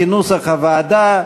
כנוסח הוועדה.